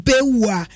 Bewa